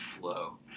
flow